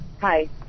Hi